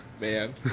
Man